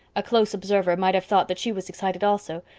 a close observer might have thought that she was excited also,